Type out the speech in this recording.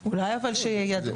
אולי אבל שיידעו.